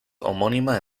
homónima